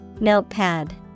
notepad